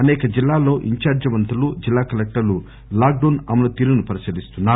అనేక జిల్లాల్లో ఇంధార్జీ మంత్రులు జిల్లా కలెక్టర్లు లాక్ డౌస్ అమలు తీరును పరిశీలిస్తున్నారు